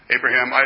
Abraham